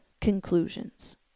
conclusions